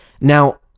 Now